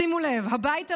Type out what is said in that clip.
שימו לב, הבית הלבן,